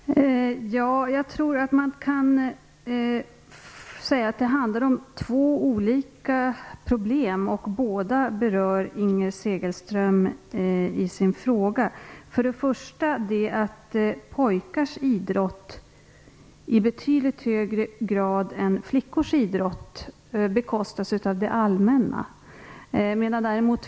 Herr talman! Jag tror att man kan säga att det handlar om två olika problem. Båda berör Inger Segelström i sin fråga. Först och främst bekostas pojkars idrott i betydligt högre grad än flickors idrott av det allmänna.